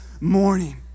morning